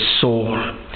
soul